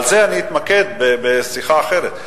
בזה אני אתמקד בשיחה אחרת.